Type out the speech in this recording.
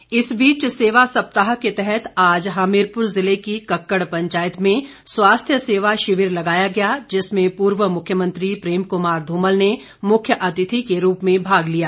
धुमल इस बीच सेवा सप्ताह के तहत आज हमीरपुर जिले की कक्कड़ पंचायत में स्वास्थ्य सेवा शिविर लगाया गया जिसमें पूर्व मुख्यमंत्री प्रेम कुमार धूमल ने मुख्य अतिथि के रूप में भाग लिया